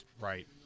Right